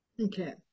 Okay